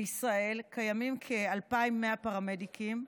בישראל קיימים כ-2,100 פרמדיקים.